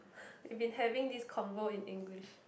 we've been having this convo in English